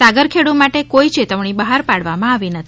સાગરખેડ માટે કોઈ ચેતવણી બહાર પાડવામાં આવી નથી